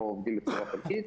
או עובדים בצורה חלקית,